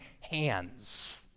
hands